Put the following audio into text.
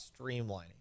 streamlining